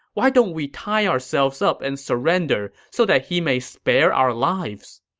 why don't we tie ourselves up and surrender, so that he may spare our lives?